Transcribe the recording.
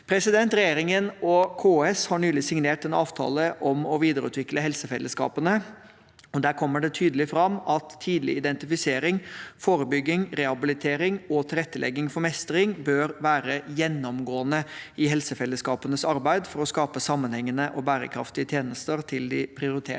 samhandling. Regjeringen og KS har nylig signert en avtale om å videreutvikle helsefellesskapene. Der kommer det tydelig fram at tidlig identifisering, forebygging, rehabilitering og tilrettelegging for mestring bør være gjennomgående i helsefellesskapenes arbeid for å skape sammenhengende og bærekraftige tjenester til de prioriterte